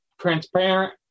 transparent